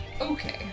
okay